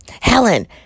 helen